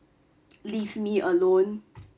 leave me alone